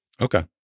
Okay